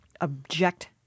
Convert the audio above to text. object